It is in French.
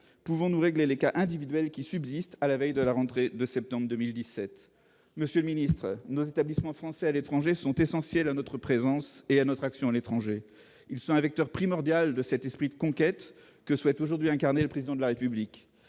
pouvons-nous régler les cas individuels qui subsistent à la veille de la rentrée de septembre 2017, monsieur le ministre, nos établissements français à l'étranger sont essentiels à notre présence et à notre action à l'étranger, ils sont avec leur primordial de cet esprit de conquête que souhaite aujourd'hui incarner le président de la République,